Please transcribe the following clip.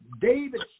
David